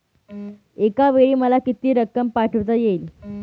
एकावेळी मला किती रक्कम पाठविता येईल?